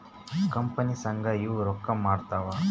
company ಸಂಘ ಇವು ರೊಕ್ಕ ಮಾಡ್ತಾವ